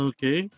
Okay